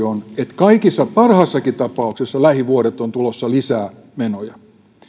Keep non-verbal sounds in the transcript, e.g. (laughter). (unintelligible) on että parhaassakin tapauksessa lähivuosina on tulossa lisää menoja